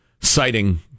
citing